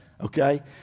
Okay